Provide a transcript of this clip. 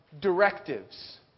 directives